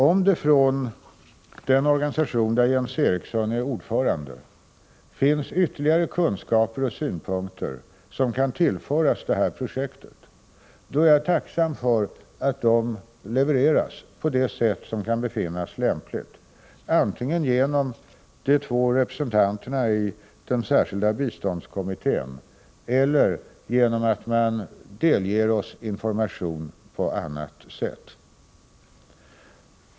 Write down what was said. Om det i den organisation där Jens Eriksson är ordförande finns ytterligare kunskaper och synpunkter som kan tillföras detta projekt, är jag tacksam om de levereras på det sätt som kan befinnas lämpligt, antingen genom de två representanterna i den särskilda biståndskommittén eller genom att man delger oss information på annat sätt.